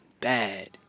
Bad